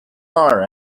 are